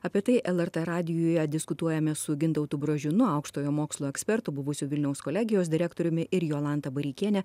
apie tai lrt radijuje diskutuojame su gintautu brožiūnu aukštojo mokslo ekspertu buvusiu vilniaus kolegijos direktoriumi ir jolanta bareikiene